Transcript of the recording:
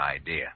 idea